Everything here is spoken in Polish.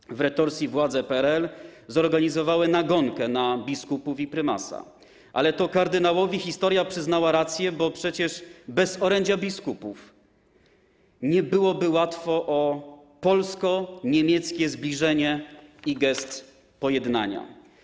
W ramach retorsji władze PRL zorganizowały nagonkę na biskupów i prymasa, ale to kardynałowi historia przyznała rację, bo przecież bez orędzia biskupów nie byłoby łatwo o polsko-niemieckie zbliżenie i gest pojednania.